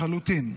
לחלוטין.